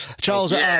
Charles